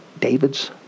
David's